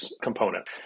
component